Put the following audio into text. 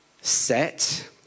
set